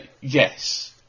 Yes